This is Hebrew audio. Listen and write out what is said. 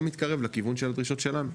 לא מתקרב לכיוון של הדרישות שלנו.